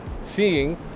seeing